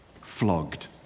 flogged